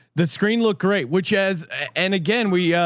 the screen look great, which has, and again, we, yeah